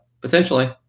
potentially